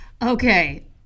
Okay